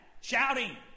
Shouting